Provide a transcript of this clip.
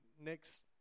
next